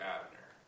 Abner